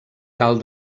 cal